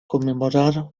conmemorar